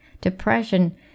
depression